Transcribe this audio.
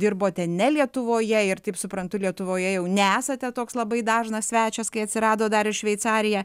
dirbote ne lietuvoje ir taip suprantu lietuvoje jau nesate toks labai dažnas svečias kai atsirado dar ir šveicarija